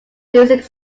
music